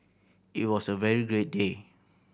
it was a very great day